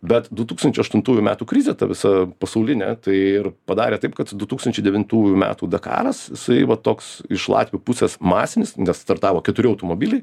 bet du tūkstančiai aštuntųjų metų krizė ta visa pasaulinė tai ir padarė taip kad du tūkstančiai devintųjų metų dakaras jisai va toks iš latvių pusės masinis nes startavo keturi automobiliai